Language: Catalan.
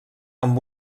amb